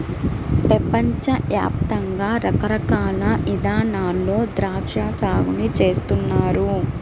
పెపంచ యాప్తంగా రకరకాల ఇదానాల్లో ద్రాక్షా సాగుని చేస్తున్నారు